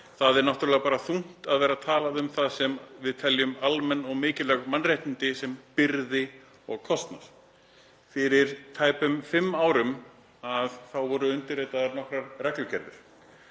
„Það er náttúrulega bara þungt að vera talað um það sem við teljum almenn og mikilvæg mannréttindi sem byrði og kostnað.“ Fyrir tæpum fimm árum voru undirritaðar nokkrar reglugerðir